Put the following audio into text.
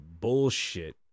bullshit